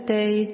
day